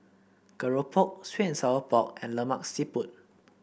Keropok sweet and Sour Pork and Lemak Siput